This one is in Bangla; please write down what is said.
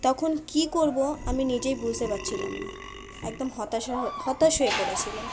তখন কী করব আমি নিজেই বুঝতে পারছিলাম না একদম হতাশা হ হতাশ হয়ে পড়েছিলাম